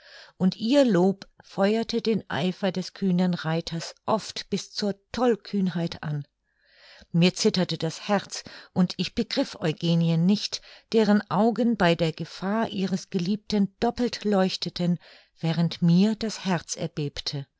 und ihr lob feuerte den eifer des kühnen reiters oft bis zur tollkühnheit an mir zitterte das herz und ich begriff eugenien nicht deren augen bei der gefahr ihres geliebten doppelt leuchteten während mir das herz erbebte